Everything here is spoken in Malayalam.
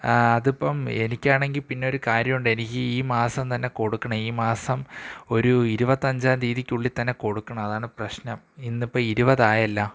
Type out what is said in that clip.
അതിപ്പോള് എനിക്കാണെങ്കില് പിന്നൊരു കാര്യമുണ്ട് എനിക്ക് ഈ മാസം തന്നെ കൊടുക്കണം ഈ മാസം ഒരു ഇരുപത്തിയഞ്ചാം തിയ്യതിക്കുള്ളില്ത്തന്നെ കൊടുക്കണം അതാണ് പ്രശ്നം ഇന്നിപ്പോള് ഇരുപതായല്ലോ